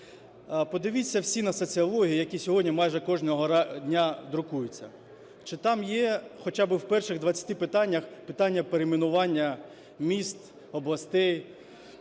Подивіться всі на соціології, які сьогодні майже кожного дня друкуються. Чи там є хоча би в перших двадцяти питаннях питання перейменування міст, областей?